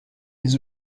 les